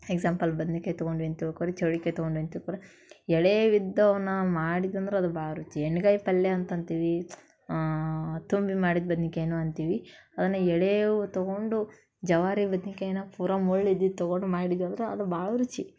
example ಬದ್ನೆಕಾಯ್ ತಗೊಂಡ್ವಿ ಅಂತ ತಿಳ್ಕೊಳ್ರಿ ಚೌಳಿಕಾಯಿ ತಗೊಂಡ್ವಿ ಅಂದು ತಿಳ್ಕೊಳ್ರಿ ಎಳೇವಿದ್ದವನ್ನ ಮಾಡಿದಂದ್ರೆ ಅದು ಭಾಳ ರುಚಿ ಎಣ್ಗಾಯಿ ಪಲ್ಯ ಅಂತ ಅಂತೀವಿ ತುಂಬಿ ಮಾಡಿದ ಬದ್ನೆಕಾಯ್ನೂ ಅಂತೀವಿ ಅವನ್ನ ಎಳೆಯವು ತಗೊಂಡು ಜವಾರಿ ಬದ್ನಿಕಾಯ್ನಾಗ ಪೂರ ಮುಳ್ಳು ಇದ್ದಿದ್ದು ತಗೊಂಡು ಮಾಡಿದ್ವಿ ಅಂದ್ರೆ ಅದು ಭಾಳ ರುಚಿ